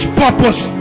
purpose